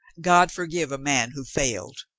god forgive a man who failed.